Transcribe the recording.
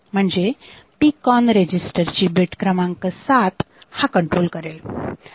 म्हणजे PCON register ची bit क्रमांक सात हा कंट्रोल करेल